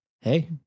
Hey